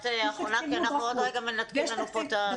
את אחרונה כי עוד רגע מנתקים לנו את השידור.